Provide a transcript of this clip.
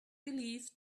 believed